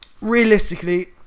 realistically